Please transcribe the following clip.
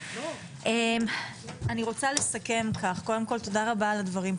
אני רוצה לסכם כך: קודם כל, תודה רבה על הדברים.